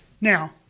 Now